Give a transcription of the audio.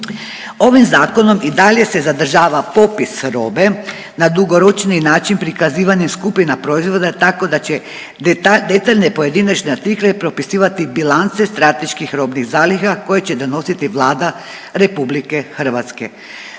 Ovim zakonom i dalje se zadržava popis robe na dugoročniji način prikazivanjem skupina proizvoda tako da će detaljne pojedinačne artikle propisivati bilance strateških robnih zaliha koje će donositi Vlada RH.